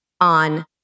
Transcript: on